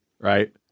right